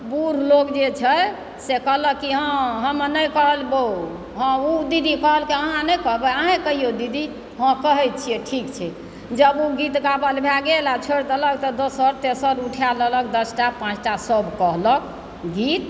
बुढ़ लोग जे छै से कहलक कि हँ हमे नहि कहबहुँ हँ ओ दीदी कहलकय अहाँ नहि कहबय आहेंँ कहिऔ दीदी हँ कहय छियै ठीक छै जब ओ गीत गाबल भै गेल आ छोड़ि देलक तब दोसर तेसर उठा लेलक दसटा पाँचटा सभ कहलक गीत